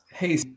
Hey